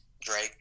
Drake